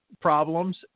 problems